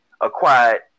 acquired